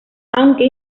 aunque